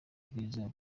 bwiza